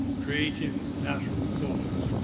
creative lateral thought.